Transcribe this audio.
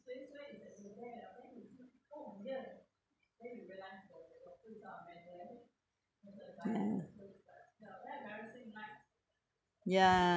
ya~